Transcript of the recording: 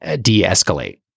de-escalate